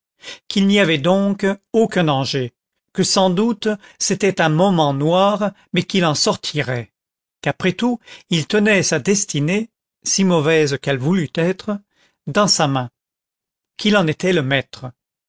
qu'il n'y avait donc aucun danger que sans doute c'était un moment noir mais qu'il en sortirait qu'après tout il tenait sa destinée si mauvaise qu'elle voulût être dans sa main qu'il en était le maître